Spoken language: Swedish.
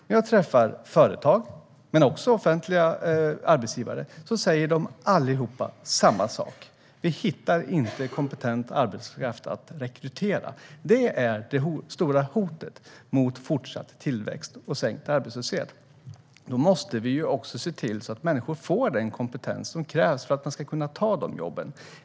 När jag träffar företag, men också offentliga arbetsgivare, säger allihop samma sak: "Vi hittar inte kompetent arbetskraft att rekrytera." Det är det stora hotet mot fortsatt tillväxt och sänkt arbetslöshet. Då måste vi se till att människor kan få den kompetens som krävs för att kunna ta de jobben.